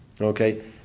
Okay